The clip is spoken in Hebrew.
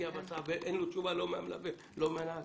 והוא לא מגיע ואין לו תשובה לא מהמלווה ולא מהנהג?